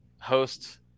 host